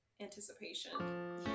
anticipation